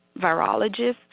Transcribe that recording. virologists